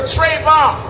Trayvon